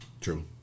True